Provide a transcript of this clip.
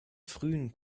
frühen